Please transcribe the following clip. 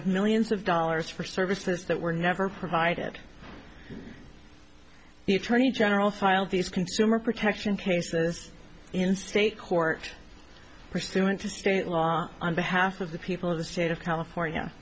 of millions of dollars for services that were never provided the attorney general filed these consumer protection cases in state court pursuant to state law on behalf of the people of the state of california